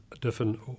different